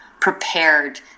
prepared